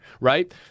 right